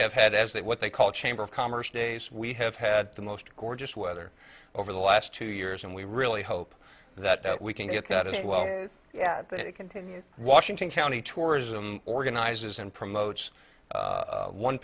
have had as they what they call chamber of commerce days we have had the most gorgeous weather over the last two years and we really hope that we can get that any well yeah but it continues washington county tourism organizes and promotes